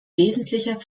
wesentlicher